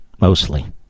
mostly